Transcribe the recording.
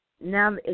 now